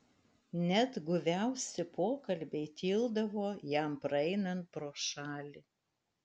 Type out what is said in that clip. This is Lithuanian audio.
net guviausi pokalbiai tildavo jam praeinant pro šalį